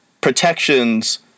protections